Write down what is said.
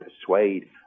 persuade